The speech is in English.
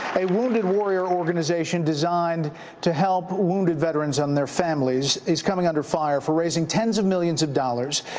a wounded warrior organization designed to help wounded veterans and their families is coming under fire for raising tens of millions of dollars,